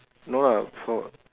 no lah for